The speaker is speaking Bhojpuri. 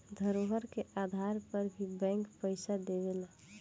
धरोहर के आधार पर भी बैंक पइसा देवेला